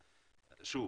שוב,